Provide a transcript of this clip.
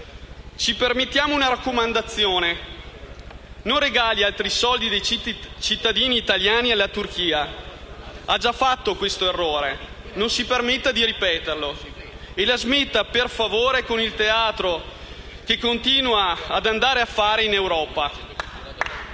Ci permettiamo una raccomandazione: non regali altri soldi dei cittadini italiani alla Turchia. Ha già fatto questo errore. Non si permetta di ripeterlo e la smetta, per favore, con il teatro che continua ad andare a fare in Europa.